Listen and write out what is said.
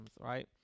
right